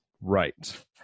Right